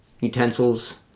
utensils